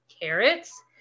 carrots